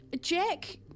Jack